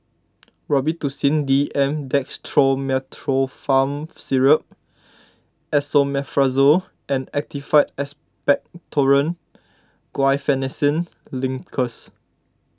Robitussin D M Dextromethorphan Syrup Esomeprazole and Actified Expectorant Guaiphenesin Linctus